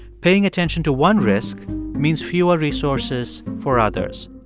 paying attention to one risk means fewer resources for others.